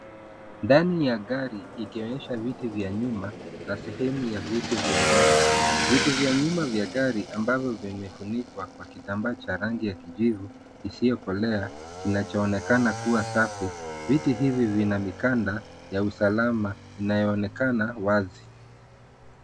Ndani ya gari ikionyesha viti vya nyuma, na sehemu ya viti vya mbele. Viti vya nyuma vya gari ambavyo vimefunikwa kwa kitambaa cha rangi ya kijivu isiyokelea kinachoonekana kuwa safi. Viti hivi vina mikanda ya usalama inayoonekana wazi.